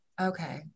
Okay